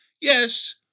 Yes